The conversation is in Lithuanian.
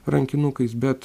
rankinukais bet